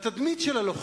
לתדמית של הלוחם?